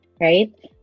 right